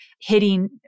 hitting